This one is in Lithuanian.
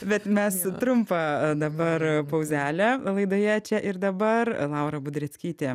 bet mes trumpą dabar puzelę laidoje čia ir dabar laura budreckytė